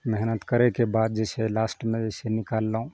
मेहनत करैके बाद जे छै लास्टमे जे छै निकाललहुँ